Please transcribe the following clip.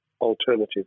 alternative